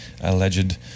alleged